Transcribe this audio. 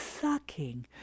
sucking